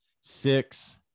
six